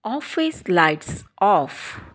office lights off